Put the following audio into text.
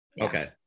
Okay